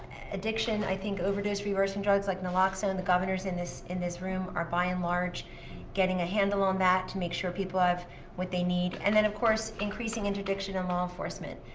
addiction, i think, overdose-reversing drugs like naloxone and the governors in this in this room are by and large getting a handle on that to make sure people have what they need. and then of course, increasing interdiction and law enforcement.